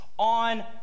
on